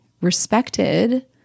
respected